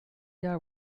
jahr